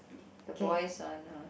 the boys on a